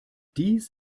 dies